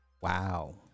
Wow